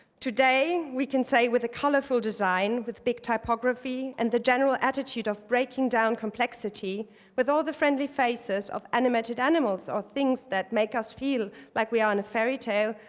today we can say with a colorful design, with big typography, and the general attitude of breaking down complexity with all the friendly faces of animated animals or things that make us feel like we are in a fairytale,